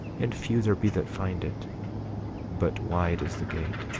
and few there be that find it but wide is the gate,